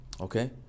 Okay